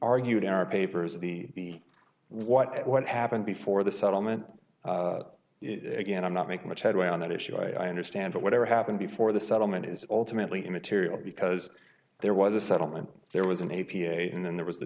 argued in our papers the what what happened before the settlement it again i'm not making much headway on that issue i understand but whatever happened before the settlement is ultimately immaterial because there was a settlement there was an a p a and then there was the